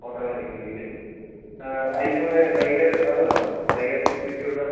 automatic മതി ഇല്ലേ അതിൻ്റെ കൂടെ ഡ്രയർ അത് വേണോ ഡ്രയർ ഫെസിലിറ്റി ഉള്ള